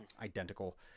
identical